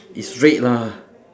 it's red lah